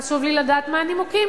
חשוב לי לדעת מה הנימוקים,